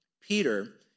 Peter